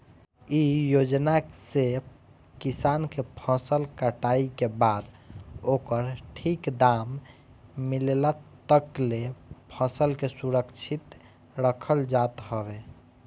इ योजना से किसान के फसल कटाई के बाद ओकर ठीक दाम मिलला तकले फसल के सुरक्षित रखल जात हवे